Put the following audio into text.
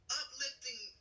uplifting